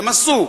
הם עשו,